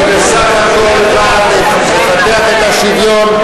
היא בסך הכול באה לפתח את השוויון,